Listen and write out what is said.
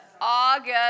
August